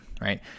right